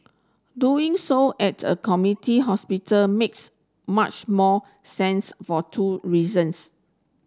doing so at a community hospital makes much more sense for two reasons